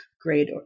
great